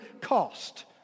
cost